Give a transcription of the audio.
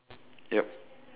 yup